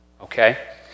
Okay